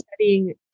studying